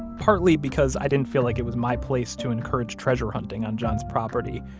partly because i didn't feel like it was my place to encourage treasure hunting on john's property,